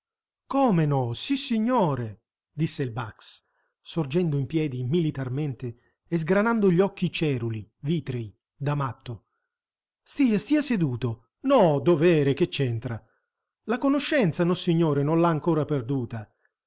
come no sissignore disse il bax sorgendo in piedi militarmente e sgranando gli occhi ceruli vitrei da matto stia stia seduto no dovere che c'entra la conoscenza nossignore non l'ha ancora perduta